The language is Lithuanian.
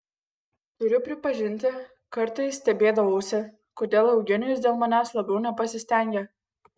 turiu pripažinti kartais stebėdavausi kodėl eugenijus dėl manęs labiau nepasistengia